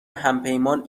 همپیمان